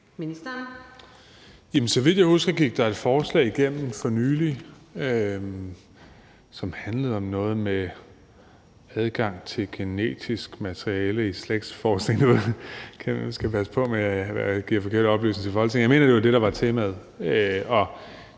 Bek): Så vidt jeg husker, gik der et forslag igennem for nylig, som handlede om noget med adgang til genetisk materiale i slægtsforskning – nu skal jeg passe på med at